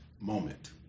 moment